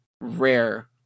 rare